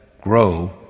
grow